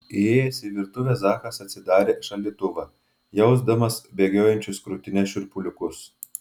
įėjęs į virtuvę zakas atsidarė šaldytuvą jausdamas bėgiojančius krūtine šiurpuliukus